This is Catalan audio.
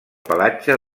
pelatge